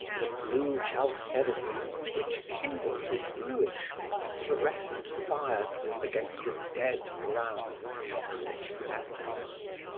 the blue chalcedony which kindles with bluish phosphorescent fires against a dead brown, chocolate background.